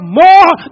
more